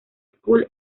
school